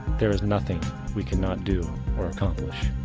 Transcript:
there is nothing we cannot do or accomplish.